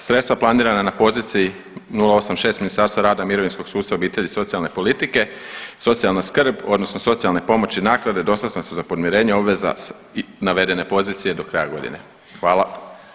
Sredstva planirana na poziciji 0.86 Ministarstva rada i mirovinskog sustava, obitelji i socijalne politike, socijalna skrb odnosno socijalne pomoći i naknade dostatne su za podmirenje obveza iz navedene pozicije do kraja godine.